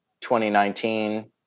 2019